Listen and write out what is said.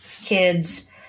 kids